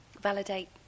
validate